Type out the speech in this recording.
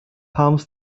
harms